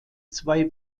zwei